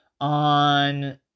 on